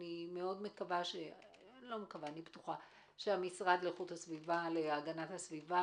אני בטוחה שהמשרד להגנת הסביבה,